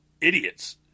idiots